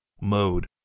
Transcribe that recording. mode